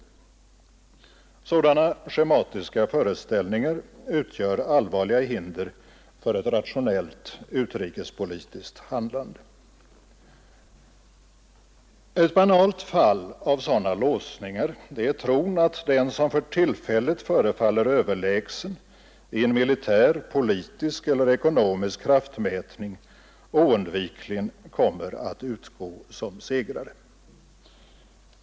Sådana schematiska föreställningar utgör allvarliga hinder för ett rationellt utrikespolitiskt handlande. Ett banalt fall av sådana låsningar är tron att den som för tillfället förefaller överlägsen i en militär, politisk eller ekonomisk kraftmätning oundvikligen kommer att utgå som segrare.